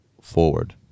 forward